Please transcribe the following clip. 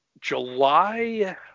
July